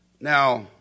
Now